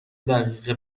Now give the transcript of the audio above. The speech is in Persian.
دقیقه